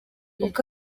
uko